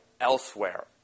elsewhere